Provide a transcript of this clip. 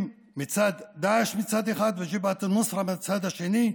מצד דאעש מצד אחד וג'בהת א-נוסרה מהצד השני,